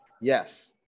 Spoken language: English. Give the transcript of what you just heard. yes